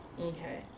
Okay